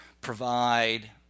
provide